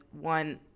one